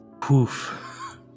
Poof